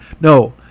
No